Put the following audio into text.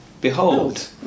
behold